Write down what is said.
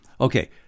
Okay